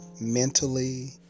mentally